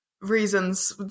reasons